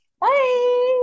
Bye